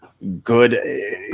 Good